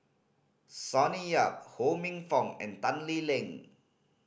Sonny Yap Ho Minfong and Tan Lee Leng